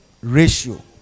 ratio